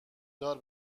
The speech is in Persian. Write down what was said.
دار